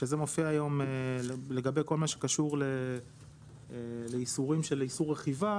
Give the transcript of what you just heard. שזה מופיע היום לגבי כל מה שקשור לאיסורים של איסור רכיבה,